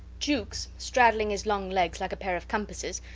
jukes, straddling his long legs like a pair of compasses,